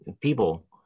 people